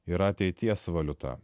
yra ateities valiuta